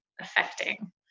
affecting